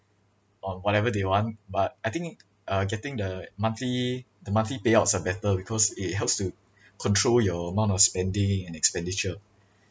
on whatever they want but I think uh getting the monthly the monthly payouts are better because it helps to control your amount of spending and expenditure